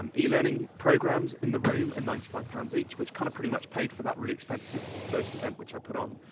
um elearning programmes in the room, at ninety five pounds each, which kinda kind of pretty much paid for that really expensive first event, which i put on.